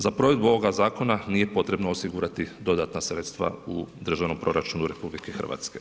Za provedbu ovoga zakona nije potrebno osigurati dodatna sredstva u Državnom proračunu RH.